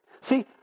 See